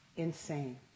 insane